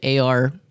AR